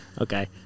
okay